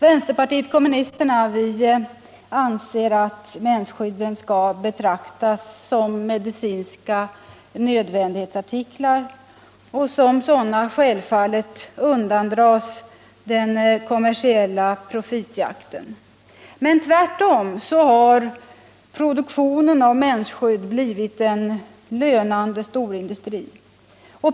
Vänsterpartiet kommunisterna anser att mensskydd skall betraktas såsom medicinska nödvändighetsartiklar och som sådana självfallet undandras den kommersiella profitjakten. Men tvärtom har produktionen av mensskydd blivit en lönande storindustri.